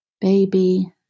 baby